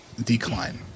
decline